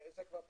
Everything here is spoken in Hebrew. זה כבר בתקציב.